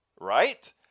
Right